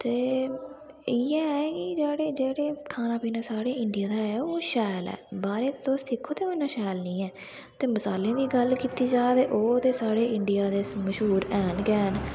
ते इ'यै ऐ कि जेह्डे़ खाना पीना साढ़े इंडिया दा ऐ ओह् शैल ऐ बाहरे दा तुस दिक्खो ते ओह् इ'न्ना शैल निं ऐ ते मसालें दी गल्ल कीती जा ते ओह् ते साढ़े इंडिया दे मशहूर हैन गै हैन